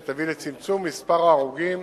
שיביא לצמצום מספר ההרוגים